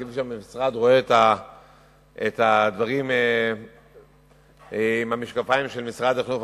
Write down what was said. כפי שהמשרד רואה את הדברים עם המשקפיים של משרד החינוך.